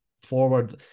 forward